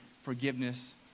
forgiveness